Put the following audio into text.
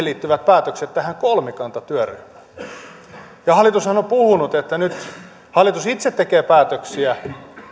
liittyvät päätökset tähän kolmikantatyöryhmään ja hallitushan on on puhunut että nyt hallitus itse tekee päätöksiä